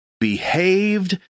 behaved